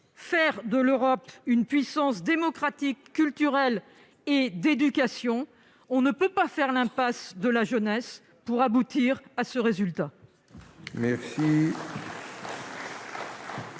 faire de l'Europe une puissance démocratique, culturelle et d'éducation. On ne peut pas faire l'impasse sur la jeunesse pour aboutir à ce résultat.